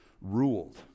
ruled